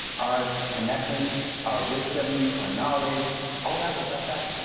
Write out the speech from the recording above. our connections, our wisdom, our knowledge, all that was left out.